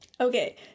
Okay